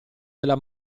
della